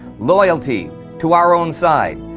loyalty to our own side,